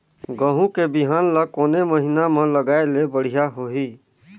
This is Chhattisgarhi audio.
गहूं के बिहान ल कोने महीना म लगाय ले बढ़िया होही?